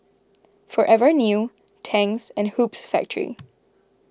Forever New Tangs and Hoops Factory